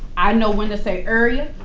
i know when to say urrea,